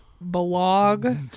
blog